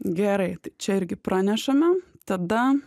gerai čia irgi pranešame tada